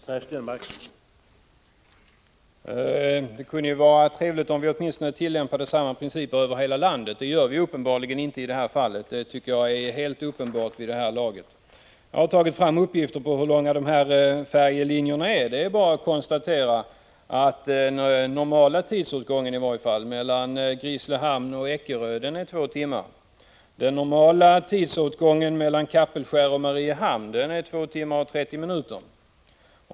Herr talman! Det kunde ju vara trevligt om vi åtminstone tillämpade samma principer över hela landet. Det gör vi tydligen inte i detta fall; det är, tycker jag, helt uppenbart vid det här laget. Jag har tagit fram uppgifter på hur långa dessa färjelinjer är. Det är bara att konstatera att i varje fall den normala tidsåtgången mellan Grisslehamn och Eckerö är 2 timmar. Den normala tidsåtgången mellan Kapellskär och Mariehamn är 2 timmar och 30 minuter.